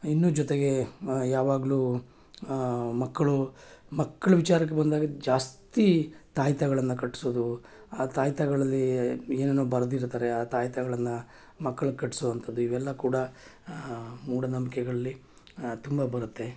ಇನ್ನೂ ಜೊತೆಗೆ ಯಾವಾಗ್ಲೂ ಮಕ್ಕಳು ಮಕ್ಳ ವಿಚಾರಕ್ಕೆ ಬಂದಾಗ ಜಾಸ್ತಿ ತಾಯತಗಳನ್ನ ಕಟ್ಟಿಸೋದು ಆ ತಾಯತಗಳಲ್ಲಿ ಏನೇನೋ ಬರ್ದಿರ್ತಾರೆ ಆ ತಾಯತಗಳನ್ನು ಮಕ್ಳಿಗೆ ಕಡಿಸುವಂಥದ್ದು ಇವೆಲ್ಲ ಕೂಡ ಮೂಢನಂಬಿಕೆಗಳಲ್ಲಿ ತುಂಬ ಬರುತ್ತೆ